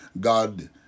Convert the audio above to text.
God